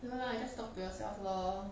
no lah just talk to yourself lor